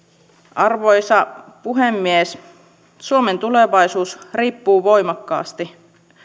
arvoisa puhemies suomen tulevaisuus riippuu voimakkaasti